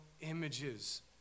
images